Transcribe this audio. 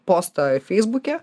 postą feisbuke